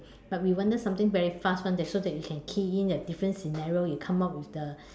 but we wanted something very fast [one] that so that you can key in at different scenario you come out with the